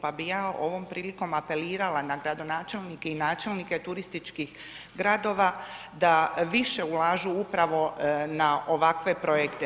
Pa bih ja ovom prilikom apelirala na gradonačelnike i načelnike turističkih gradova da više ulažu upravo na ovakve projekte.